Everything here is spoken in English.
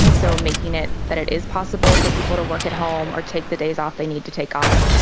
um so making it that it is possible for people to work at home or take the days off they need to take off.